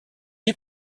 est